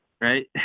right